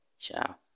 Ciao